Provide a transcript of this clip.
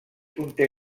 conté